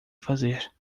fazer